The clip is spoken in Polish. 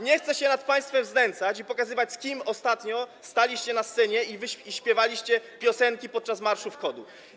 Nie chcę się nad państwem znęcać i pokazywać, z kim ostatnio staliście na scenie i śpiewaliście piosenki podczas marszów KOD-u.